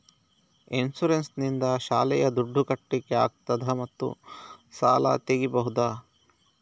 Insurance ನಿಂದ ಶಾಲೆಯ ದುಡ್ದು ಕಟ್ಲಿಕ್ಕೆ ಆಗ್ತದಾ ಮತ್ತು ಸಾಲ ತೆಗಿಬಹುದಾ?